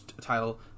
title